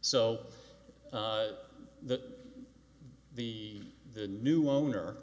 so that the the new owner